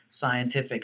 scientific